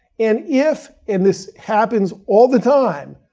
and if, and this happens all the time,